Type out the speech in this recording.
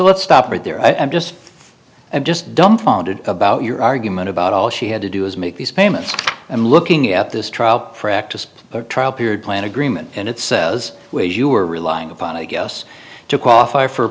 let's stop right there and just and just dumbfounded about your argument about all she had to do is make these payments and looking at this trial frak to trial period plan agreement and it says way you are relying upon i guess to qualify for